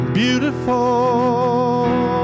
beautiful